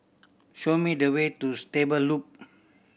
show me the way to Stable Loop